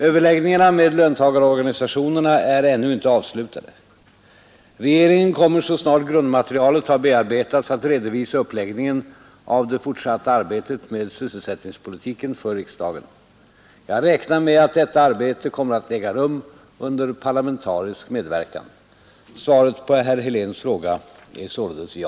Överläggningarna med löntagarorganisationerna är ännu inte avslutade. Regeringen kommer så snart grundmaterialet har bearbetats att redovisa uppläggningen av det fortsatta arbetet med sysselsättningspolitiken för riksdagen. Jag räknar med att detta arbete kommer att äga rum under parlamentarisk medverkan. Svaret på herr Heléns fråga är således ja.